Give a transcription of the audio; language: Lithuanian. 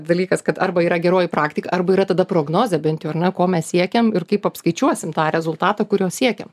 dalykas kad arba yra geroji praktika arba yra tada prognozė bent jau ar ne ko mes siekiam ir kaip apskaičiuosim tą rezultatą kurio siekiam